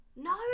No